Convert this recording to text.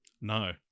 No